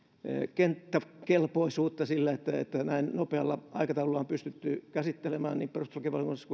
kenttäkelpoisuutta sillä että että näin nopealla aikataululla on pystytty käsittelemään niin perustuslakivaliokunnassa